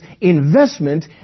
investment